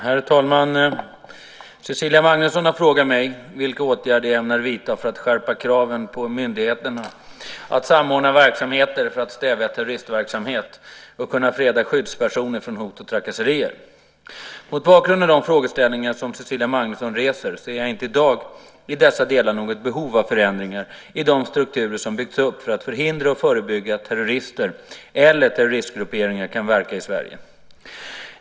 Herr talman! Cecilia Magnusson har frågat mig vilka åtgärder jag ämnar vidta för att skärpa kraven på myndigheterna att samordna verksamheter för att stävja terroristverksamhet och kunna freda skyddspersoner från hot och trakasserier. Mot bakgrund av de frågeställningar som Cecilia Magnusson reser ser jag inte i dag i dessa delar något behov av förändringar i de strukturer som byggts upp för att förhindra och förebygga att terrorister eller terroristgrupperingar kan verka i Sverige.